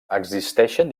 existeixen